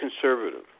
conservative